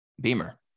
beamer